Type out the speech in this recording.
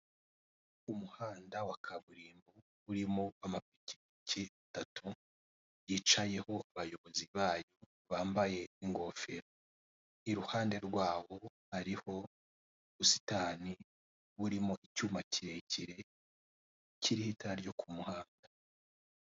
Umuhanda wa kaburimbo urimo amapikipiki atatu yicayeho abayobozi bayo bambaye ingogero, iruhande rwabo hariho ubusitani burimo icyuma kirekire kiriho itara ryo ku muhanda.